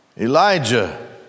Elijah